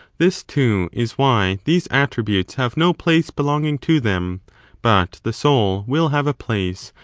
this, too, is why these attributes have no place belonging to them but the soul will have a place,